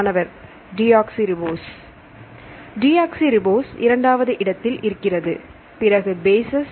மாணவர் deoxyribose deoxyribose இரண்டாவது இடத்தில் இருக்கிறது பிறகு பேசஸ்